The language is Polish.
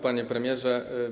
Panie Premierze!